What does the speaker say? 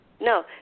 No